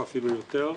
אפילו יותר.